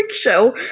show